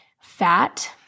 fat